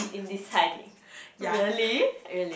yeah